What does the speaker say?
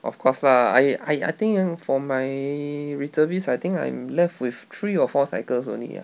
of course lah I I I think ah for my reservist I think I'm left with three or four cycles only ah